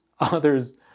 others